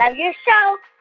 ah your show